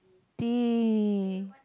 teh